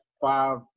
five